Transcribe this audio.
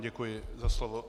Děkuji za slovo.